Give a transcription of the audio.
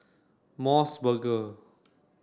MOS burger